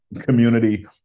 community